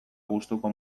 gustuko